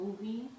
movie